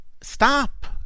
Stop